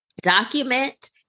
document